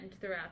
throughout